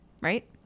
right